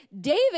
David